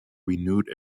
renewed